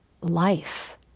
life